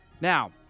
Now